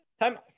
Time